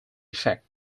effect